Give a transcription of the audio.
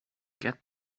get